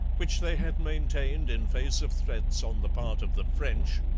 which they had maintained in face of threats on the part of the french,